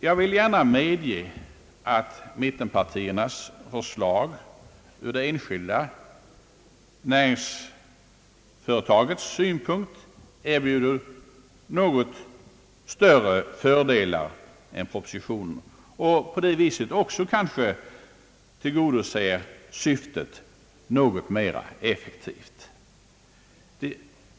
Jag vill gärna medge att mittenpartiernas förslag ur det enskilda företagets synpunkt erbjuder något större fördelar än propositionens förslag; mittenpartiet tillgodoser därigenom också syftet något mera effektivt.